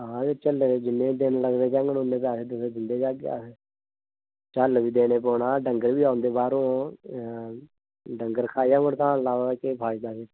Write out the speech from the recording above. हां ते झल्ले दे जिन्ने दिन लगदे जाङन उन्ने पैहे तुसेंगी दिंदे जाह्गे अस झल्ल बी देना पौना डंगर बी औंदे बाह्रुं डंगर खाया हड़ताल ला ते केह् फायदा फिर